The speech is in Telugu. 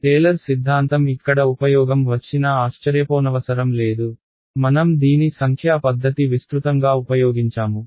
టేలర్ సిద్ధాంతం ఇక్కడ ఉపయోగం వచ్చినా ఆశ్చర్యపోనవసరం లేదు మనం దీని సంఖ్యా పద్ధతి విస్తృతంగా ఉపయోగించాము